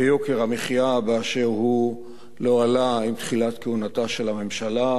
ויוקר המחיה באשר הוא לא עלה עם תחילת כהונתה של הממשלה,